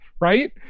right